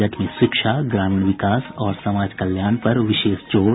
budget में शिक्षा ग्रामीण विकास और समाज कल्याण पर विशेष जोर